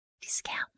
discount